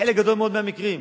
בחלק גדול מאוד מהמקרים.